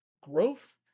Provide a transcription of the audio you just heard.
growth